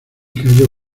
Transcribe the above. calló